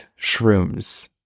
shrooms